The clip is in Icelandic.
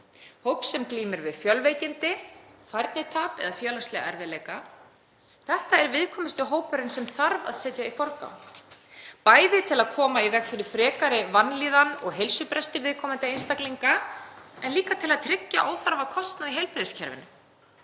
hóps sem glímir við fjölveikindi, færnitap eða félagslega erfiðleika. Þetta er viðkvæmasti hópurinn sem þarf að setja í forgang, bæði til að koma í veg fyrir frekari vanlíðan og heilsubrest viðkomandi einstaklinga en líka til að tryggja óþarfakostnað í heilbrigðiskerfinu.